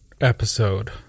episode